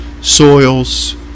soils